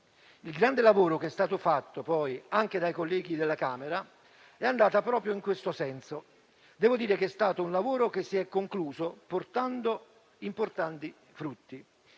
Il grande lavoro fatto anche dai colleghi della Camera è andato proprio in questo senso. Devo dire che è stato un lavoro che si è concluso portando importanti frutti.